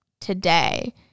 today